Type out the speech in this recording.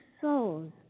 souls